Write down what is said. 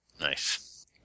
Nice